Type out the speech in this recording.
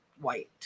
White